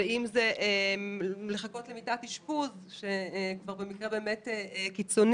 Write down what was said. ואם זה לחכות למיטת אשפוז במקרה באמת קיצוני,